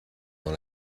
dans